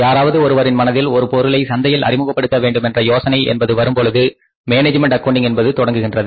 யாராவது ஒருவரின் மனதில் ஒரு பொருளை சந்தையில் அறிமுகப்படுத்த வேண்டும் என்ற யோசனை என்பது வரும்பொழுது மேனேஜ்மெண்ட் அக்கவுண்டிங் என்பது தொடங்குகின்றது